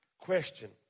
Question